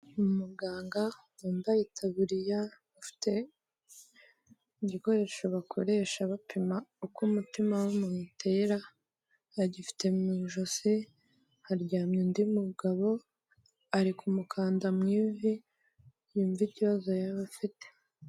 Umuganga wambaye itaburiya afite igikoresho bakoresha bapima uko umutima w'umuntu utera, agifite mu ijosi, haryamye undi mugabo ari kumukanda mu ivi, yumve ikibazo yaba afite.